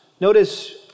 Notice